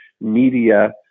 media